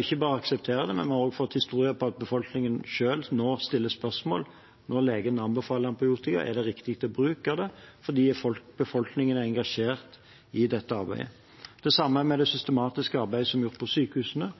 Ikke bare aksepterer man det, vi har også fått historier om at folk nå selv stiller spørsmål ved om det er riktig å bruke antibiotika når legen anbefaler det, fordi befolkningen er engasjert i dette arbeidet. Det samme gjelder det systematiske arbeidet som er gjort på sykehusene